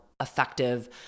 effective